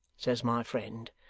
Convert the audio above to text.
says my friend,